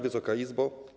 Wysoka Izbo!